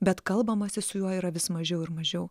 bet kalbamasi su juo yra vis mažiau ir mažiau